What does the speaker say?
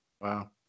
Wow